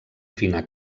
fina